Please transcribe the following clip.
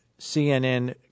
CNN